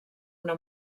una